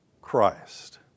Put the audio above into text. Christ